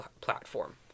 platform